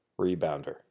rebounder